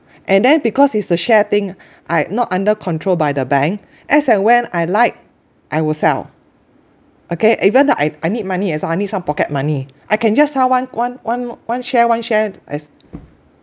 and then because it's a share thing I not under control by the bank as and when I like I will sell okay even though I I need money as well I need some pocket money I can just sell one one one one share one share as